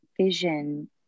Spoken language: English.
vision